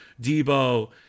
Debo